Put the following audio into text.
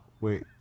Wait